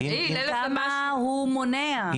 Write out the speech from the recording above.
עד כמה הוא מונע.